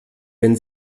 wenn